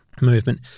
movement